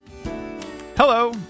Hello